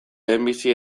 lehenbizi